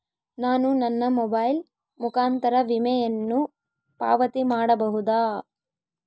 ನಾನು ನನ್ನ ಮೊಬೈಲ್ ಮುಖಾಂತರ ವಿಮೆಯನ್ನು ಪಾವತಿ ಮಾಡಬಹುದಾ?